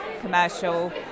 commercial